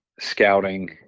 scouting